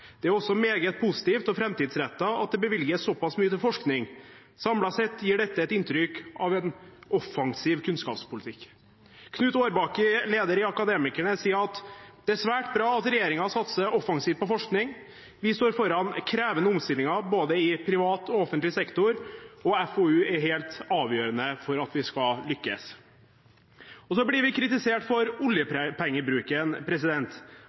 Det er også meget positivt og fremtidsrettet at det bevilges såpass mye til forskning. Samlet sett gir dette et inntrykk av en offensiv kunnskapspolitikk.» Knut Aarbakke, leder i Akademikerne, sier: «Det er svært bra at regjeringen satser offensivt på forskning. Vi står foran krevende omstillinger både i privat og offentlig sektor, og forskning og utvikling er helt avgjørende for at vi skal lykkes.» Og så blir vi kritisert for oljepengebruken.